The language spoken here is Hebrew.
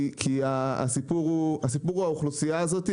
כי הסיפור הוא האוכלוסייה הזאת,